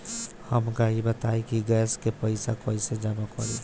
हमका ई बताई कि गैस के पइसा कईसे जमा करी?